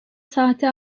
sahte